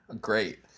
Great